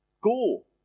Go